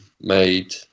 made